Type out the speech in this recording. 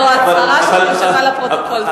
זאת הצהרה שתישמע לפרוטוקול.